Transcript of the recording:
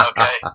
Okay